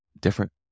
different